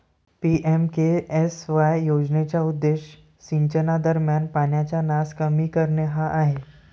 PMKSY योजनेचा उद्देश सिंचनादरम्यान पाण्याचा नास कमी करणे हा आहे